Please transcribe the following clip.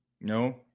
no